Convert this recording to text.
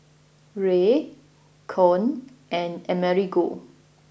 Rae Koen and Amerigo